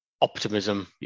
Optimism